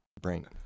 brain